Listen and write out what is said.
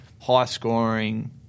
high-scoring